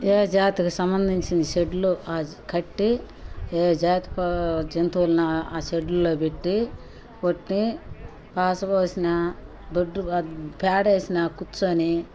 ఏ జాతికి సంబంధించిన షెడ్లు కట్టి ఏ జాతి జంతువులను ఆ షెడ్డుల్లో పెట్టి వాటిని పాస్ పోసిన దొడ్డి అది పేడ వేసిన కుర్చోని